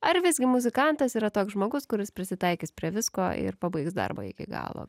ar visgi muzikantas yra toks žmogus kuris prisitaikys prie visko ir pabaigs darbą iki galo